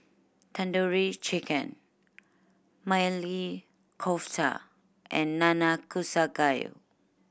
Tandoori Chicken Maili Kofta and Nanakusa Gayu